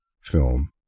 film